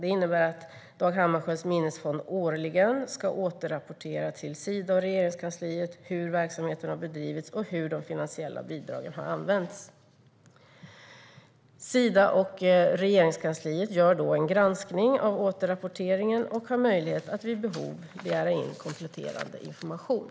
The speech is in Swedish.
Det innebär att Dag Hammarskjölds Minnesfond årligen ska återrapportera till Sida och Regeringskansliet hur verksamheten har bedrivits och hur de finansiella bidragen har använts. Sida och Regeringskansliet gör då en granskning av återrapporteringen och har möjlighet att vid behov begära in kompletterande information.